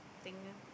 think